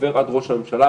עובר עד ראש הממשלה.